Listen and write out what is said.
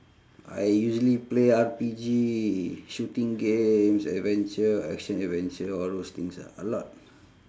I usually play R_P_G shooting games adventure action adventure all those things ah a lot